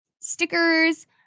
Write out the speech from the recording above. Stickers